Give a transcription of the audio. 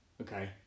Okay